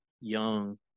Young